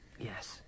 Yes